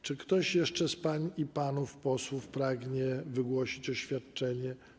Czy ktoś jeszcze z pań i panów posłów pragnie wygłosić oświadczenie?